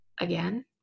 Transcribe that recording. again